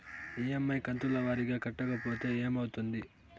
EMI కంతుల వారీగా కట్టకపోతే ఏమవుతుంది?